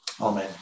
Amen